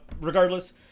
regardless